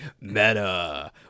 Meta